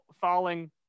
falling